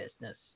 business